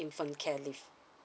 infant care leave